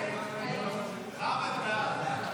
נתקבל.